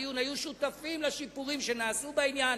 הדיון היו שותפים לשיפורים שנעשו בעניין.